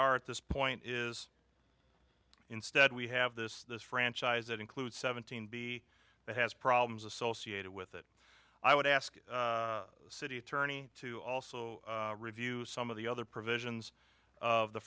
at this point is instead we have this this franchise that includes seventeen b that has problems associated with it i would ask the city attorney to also review some of the other provisions of the